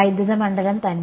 വൈദ്യുത മണ്ഡലം തന്നെ